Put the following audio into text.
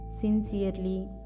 sincerely